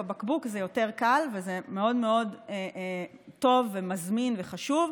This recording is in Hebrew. בבקבוק זה יותר קל וזה מאוד טוב ומזמין וחשוב,